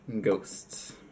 Ghosts